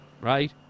right